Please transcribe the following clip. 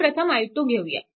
आपण प्रथम i2 घेऊया